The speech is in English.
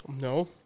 No